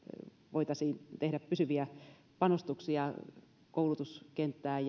voitaisiin tehdä pysyviä panostuksia koulutuskenttään